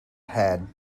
hen